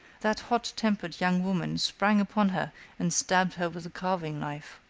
that hot-tempered young woman sprang upon her and stabbed her with a carving-knife.